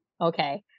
Okay